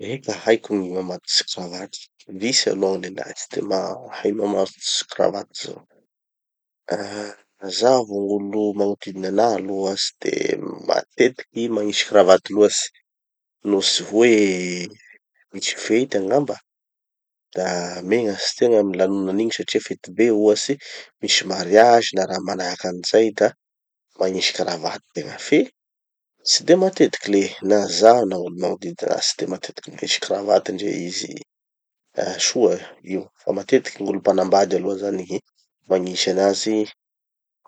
Eka haiko gny mamatotsy kravaty. Misy aloha gny lelahy tsy de mahay mamatotsy kravaty zao. Ah zaho vo gn'olo magnodidina anaha aloha tsy de matetiky magnisy kravaty loatsy, no tsy hoe misy fety angamba, da megnatsy tegna amy lanonan'igny satria fety be ohatsy, misy mariazy na raha manahaky anazay da magnisy kravaty tegna fe tsy de matetiky le. Na zaho na gn'olo magnodidy anaha tsy de magnisy kravaty ndre izy soa io. Fa matetiky gn'olo mpanambady gny magnisy anazy